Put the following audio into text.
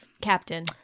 captain